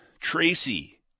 Tracy